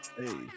hey